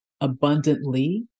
abundantly